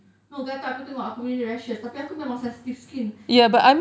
no gatal kau tengok aku punya ni rashes tapi aku memang sensitive skin